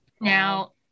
Now